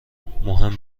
مهم